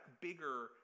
bigger